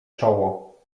czoło